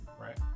Right